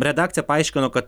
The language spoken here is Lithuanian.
redakcija paaiškino kad